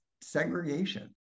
segregation